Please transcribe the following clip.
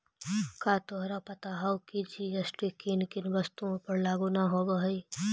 का तोहरा पता हवअ की जी.एस.टी किन किन वस्तुओं पर लागू न होवअ हई